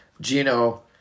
Gino